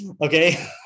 Okay